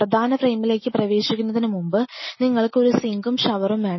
പ്രധാന ഫ്രെയിമിലേക്ക് പ്രവേശിക്കുന്നതിന് മുമ്പ് നിങ്ങൾക്ക് ഒരു സിങ്കും ഷവറും വേണം